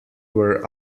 were